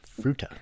Fruta